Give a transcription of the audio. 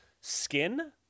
skin